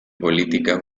políticas